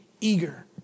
eager